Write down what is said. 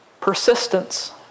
Persistence